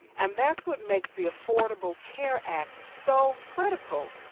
and that's what makes the affordable care act so critical,